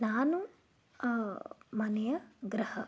ನಾನು ಮನೆಯ ಗೃಹ